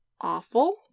awful